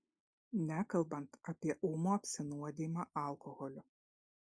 nekalbant apie ūmų apsinuodijimą alkoholiu